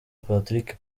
patrick